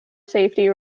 safety